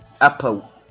apple